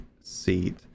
seat